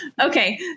Okay